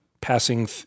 passing